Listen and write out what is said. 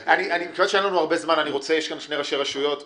אבל מאיזושהי סיבה חשבונאית אין לי את המקורות האלה,